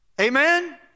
Amen